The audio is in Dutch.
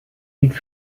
dit